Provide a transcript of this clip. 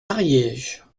ariège